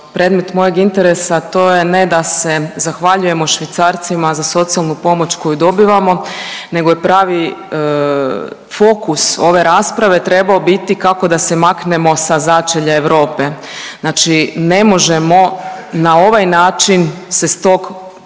predmet mojeg interesa, a to je ne da se zahvaljujemo Švicarcima za socijalnu pomoć koju dobivamo nego je pravi fokus ove rasprave trebao biti kako da se maknemo sa začelja Europe. Znači ne možemo na ovaj način se s tog